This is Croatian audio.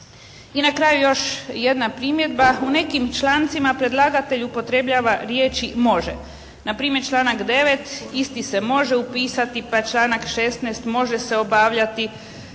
I na kraju još jedna primjedba. U nekim člancima predlagatelj upotrebljava riječi može. Na primjer članak 9. isti se može upisati, pa članak 16. može se obavljati,